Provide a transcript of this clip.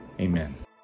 Amen